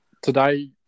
Today